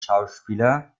schauspieler